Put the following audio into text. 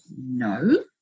no